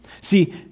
See